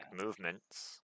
movements